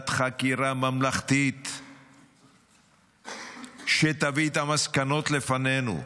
חקירה ממלכתית שתביא את המסקנות לפנינו,